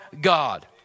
God